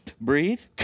breathe